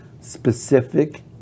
specific